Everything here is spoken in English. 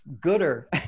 gooder